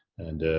and